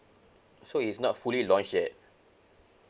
so it's not fully launched yet